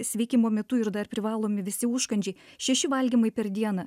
sveikimo metu ir dar privalomi visi užkandžiai šeši valgymai per dieną